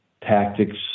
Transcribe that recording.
tactics